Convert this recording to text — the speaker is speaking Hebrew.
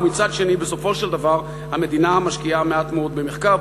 ומצד שני בסופו של דבר המדינה משקיעה מעט מאוד במחקר,